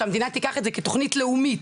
שהמדינה תיקח את זה כתוכנית לאומית,